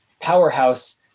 powerhouse